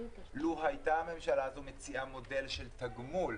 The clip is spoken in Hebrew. לו הממשלה הזאת הייתה מציעה מודל של תגמול